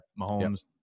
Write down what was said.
Mahomes